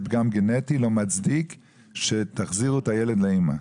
פגם גנטי לא מצדיק שתחזירו את הילד לאמא?